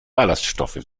ballaststoffe